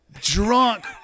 Drunk